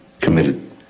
committed